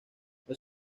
los